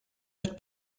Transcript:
wird